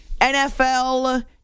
NFL